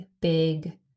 big